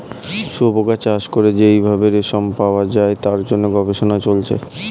শুয়োপোকা চাষ করে যেই ভাবে রেশম পাওয়া যায় তার জন্য গবেষণা চলছে